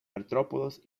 artrópodos